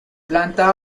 planta